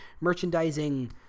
merchandising